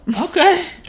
Okay